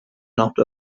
not